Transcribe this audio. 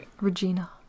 Regina